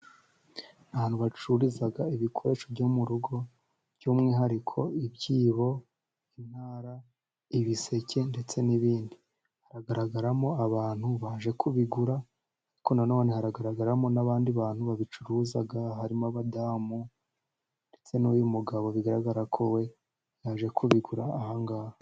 Ahantu bacururiza ibikoresho byo mu rugo by'umwihariko ibyibo, intara, ibiseke, ndetse n'ibindi. Haragaragaramo abantu baje kubigura ariko nanone haragaragaramo n'abandi bantu babicuruza, harimo abadamu ndetse n'uyu mugabo bigaragara ko we yaje kubigura ahangaha.